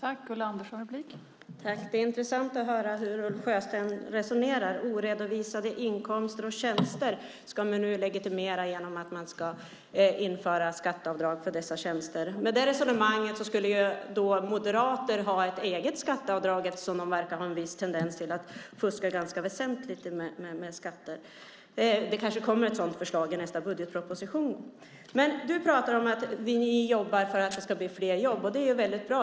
Fru talman! Det är intressant att höra hur Ulf Sjösten resonerar. Oredovisade inkomster och tjänster ska man nu legitimera genom att införa skatteavdrag för dessa tjänster. Med det resonemanget skulle moderater ha ett eget skatteavdrag eftersom de har en tendens att fuska ganska väsentligt med skatter. Det kanske kommer ett sådant förslag i nästa budgetproposition. Du pratar om att ni jobbar för att det ska bli fler jobb. Det är ju väldigt bra.